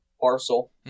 parcel